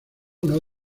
uno